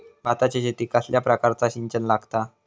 भाताच्या शेतीक कसल्या प्रकारचा सिंचन लागता?